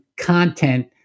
content